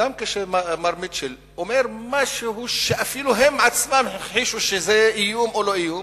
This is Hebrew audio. גם כאשר מר מיטשל אומר משהו שאפילו הם עצמם הכחישו שזה איום או לא איום,